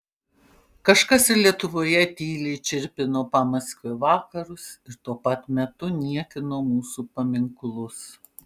kažkas ir lietuvoje tyliai čirpino pamaskvio vakarus ir tuo pat metu niekino mūsų paminklus